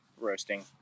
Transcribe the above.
roasting